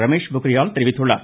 ரமேஷ் பொக்கிரியால் தெரிவித்துள்ளார்